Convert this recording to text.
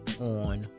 On